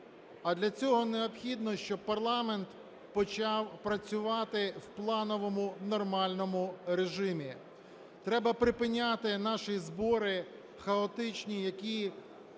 а для цього необхідно, щоб парламент почав працювати в плановому, нормальному режимі. Треба припиняти наші збори хаотичні, які